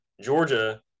Georgia